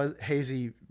hazy